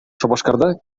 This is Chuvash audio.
шупашкарта